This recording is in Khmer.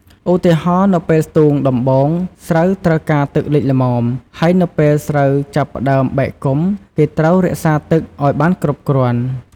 ឧទាហរណ៍ នៅពេលស្ទូងដំបូង ស្រូវត្រូវការទឹកលិចល្មម ហើយនៅពេលស្រូវចាប់ផ្ដើមបែកគុម្ព គេត្រូវរក្សាទឹកឱ្យបានគ្រប់គ្រាន់។